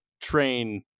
train